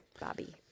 Bobby